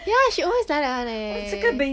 ya she always like that [one] eh